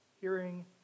hearing